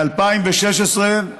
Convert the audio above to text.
ב-2016,